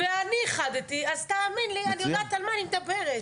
אני איחדתי אז תאמין לי אני יודעת על מה אני מדברת.